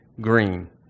green